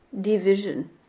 division